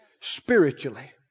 spiritually